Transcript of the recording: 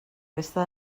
resta